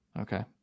okay